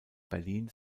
berlin